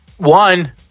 one